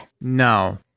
No